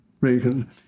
Reagan